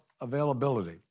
availability